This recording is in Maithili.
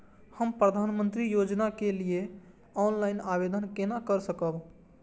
हम प्रधानमंत्री योजना के लिए ऑनलाइन आवेदन केना कर सकब?